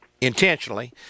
intentionally